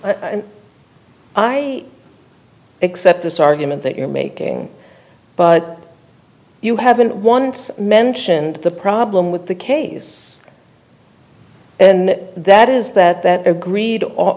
and i accept this argument that you're making but you haven't once mentioned the problem with the case and that is that that agreed